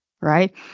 right